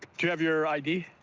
do you have your id?